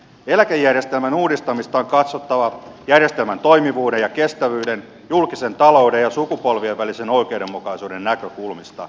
eläkejärjestelmän uudistamista on katsottava järjestelmän toimivuuden ja kestävyyden julkisen talouden ja sukupolvien välisen oikeuden mukaisuuden näkökulmista